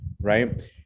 right